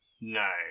No